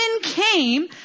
came